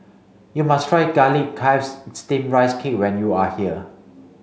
you must try garlic chives steamed rice cake when you are here